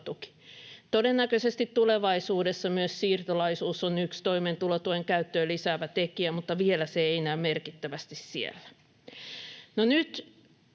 Todennäköisesti tulevaisuudessa myös siirtolaisuus on yksi toimeentulotuen käyttöä lisäävä tekijä, mutta vielä se ei näy merkittävästi siellä.